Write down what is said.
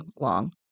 long